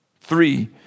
three